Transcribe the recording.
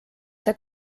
see